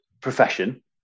profession